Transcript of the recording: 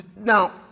now